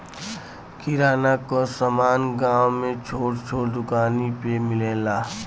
किराना क समान गांव में छोट छोट दुकानी पे मिलेला